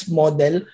model